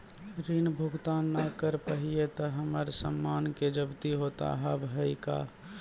ऋण भुगतान ना करऽ पहिए तह हमर समान के जब्ती होता हाव हई का?